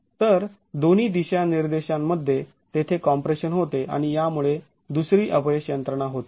तर दोन्ही दिशानिर्देशांमध्ये तेथे कॉम्प्रेशन होते आणि यामुळे दुसरी अपयश यंत्रणा होते